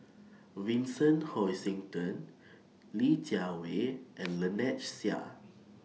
Vincent Hoisington Li Jiawei and Lynnette Seah